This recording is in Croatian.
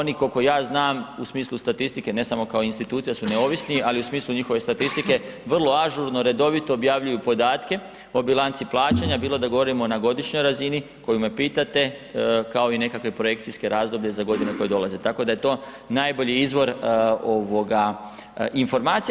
Oni, kolko ja znam, u smislu statistike, ne samo kao institucija su neovisni, ali u smislu njihove statistike vrlo ažurno, redovito objavljuju podatke o bilanci plaćanja bilo da govorimo na godišnjoj razini koju me pitate kao i nekakve projekcijske razdoblje za godine koje dolaze, tako da je to najbolji izvor ovoga informacija.